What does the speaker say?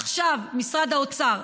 עכשיו משרד האוצר.